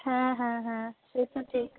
হ্যাঁ হ্যাঁ হ্যাঁ সে তো ঠিক